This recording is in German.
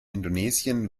indonesien